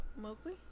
Mowgli